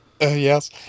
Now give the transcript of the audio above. Yes